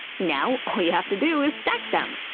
now all you have to do is stack them!